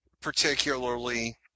particularly